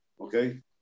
Okay